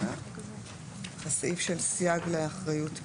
אנחנו בסעיף 7 סייג לאחריות פלילית.